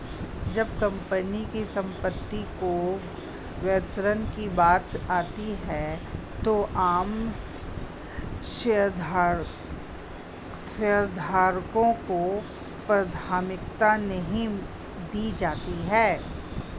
जब कंपनी की संपत्ति के वितरण की बात आती है तो आम शेयरधारकों को प्राथमिकता नहीं दी जाती है